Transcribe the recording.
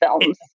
films